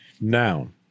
Noun